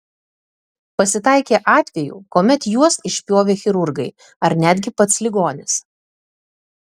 pasitaikė atvejų kuomet juos išpjovė chirurgai ar netgi pats ligonis